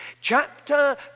chapter